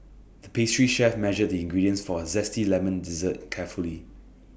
the pastry chef measured the ingredients for A Zesty Lemon Dessert carefully